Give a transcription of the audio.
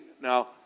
now